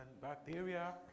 bacteria